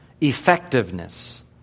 effectiveness